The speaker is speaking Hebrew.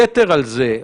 יתר על זה,